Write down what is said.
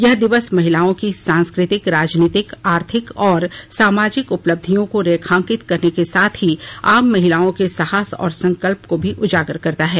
यह दिवस महिलाओं की सांस्कृतिक राजनीतिक आर्थिक और सामाजिक उपलब्धियों को रेखांकित करने के साथ ही आम महिलाओं के साहस और संकल्प को भी उजागर करता है